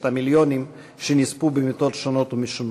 המיליונים שנספו במיתות שונות ומשונות,